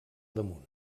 damunt